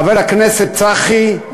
חבר הכנסת צחי,